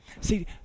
See